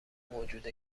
موجود